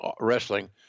wrestling